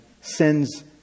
sends